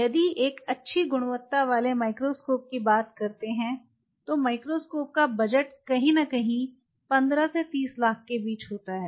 यदि एक अच्छी गुणवत्ता वाले माइक्रोस्कोप की बात करते हैं तो माइक्रोस्कोप का बजट कहीं न कहीं 15 से 30 लाख के बीच होता है